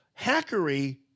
hackery